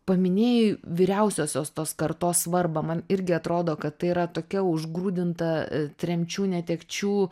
paminėjai vyriausiosios tos kartos svarbą man irgi atrodo kad tai yra tokia užgrūdinta e tremčių netekčių